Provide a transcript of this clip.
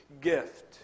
gift